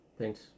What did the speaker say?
Thanks